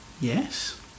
yes